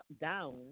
down